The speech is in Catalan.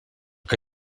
que